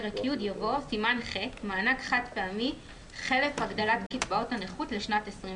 (מענק חד-פעמי חלף הגדלת קצבאות הנכות לשנת 2020),